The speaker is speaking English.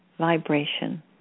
vibration